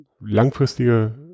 langfristige